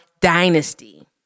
Dynasty